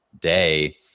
day